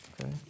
Okay